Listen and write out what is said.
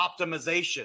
optimization